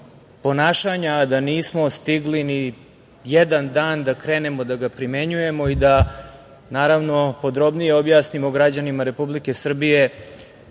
da nismo stigli ni jedan dan da krenemo da ga primenjujemo, i da naravno podrobnije objasnimo građanima Republike Srbije